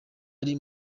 ari